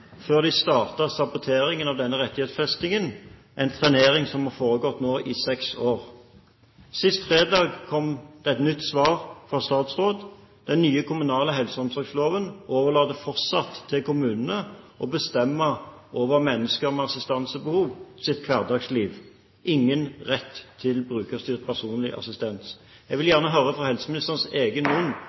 før de startet saboteringen av denne rettighetsfestingen, en trenering som nå har foregått i seks år. Sist fredag kom et nytt svar fra statsråd. Den nye kommunale helse- og omsorgsloven overlater fortsatt til kommunene å bestemme over hverdagslivet til mennesker med assistansebehov – ingen rett til brukerstyrt personlig assistent. Jeg vil gjerne høre fra helseministerens egen